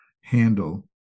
handle